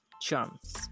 charms